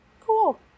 Cool